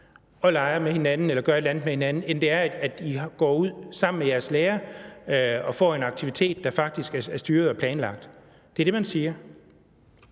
gør et eller andet med hinanden, end det er, at I går ud sammen med jeres lærer og får en aktivitet, der faktisk er styret og planlagt. Det er det man siger.